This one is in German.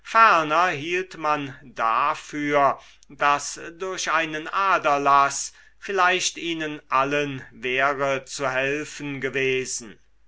hielt man dafür daß durch einen aderlaß vielleicht ihnen allen wäre zu helfen gewesen